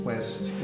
West